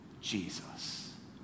Jesus